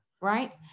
right